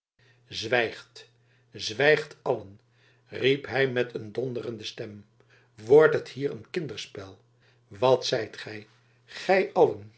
zwijgt zwijgt allen riep hij met een donderende stem wordt het hier een kinderspel wat zijt gij gij